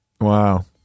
Wow